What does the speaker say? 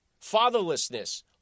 Fatherlessness